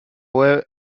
web